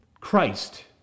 Christ